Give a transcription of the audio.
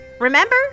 Remember